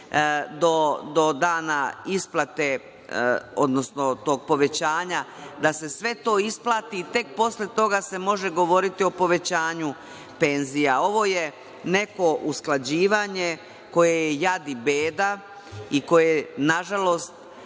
do dana isplate, odnosno tog povećanja, da se sve to isplati i tek posle toga se može govoriti o povećanju penzija. Ovo je neko usklađivanje koje je jad i beda i koje, nažalost,